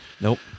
Nope